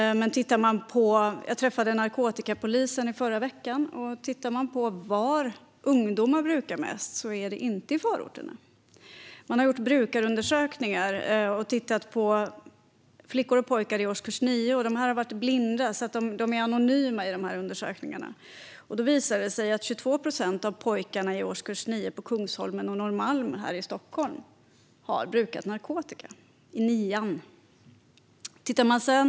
Jag träffade narkotikapolisen i förra veckan. Den som tittar på var ungdomar brukar mest ser att det inte är i förorterna. Man har gjort brukarundersökningar och tittat på flickor och pojkar i årskurs 9. Undersökningarna har varit blinda - personerna i undersökningarna är alltså anonyma. Det visar sig att 22 procent av pojkarna i årskurs 9 på Kungsholmen och Norrmalm här i Stockholm har brukat narkotika. Detta är alltså i nian.